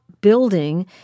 building